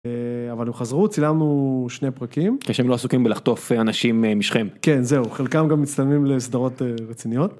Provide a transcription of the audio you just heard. אבל הם חזרו צילמנו שני פרקים כשהם לא עסוקים בלחטוף אנשים משכם כן זהו חלקם גם מצטלמים לסדרות רציניות.